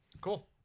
Cool